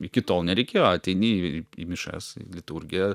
iki tol nereikėjo ateini į į mišias į liturgiją